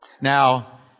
Now